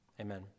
amen